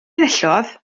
enillodd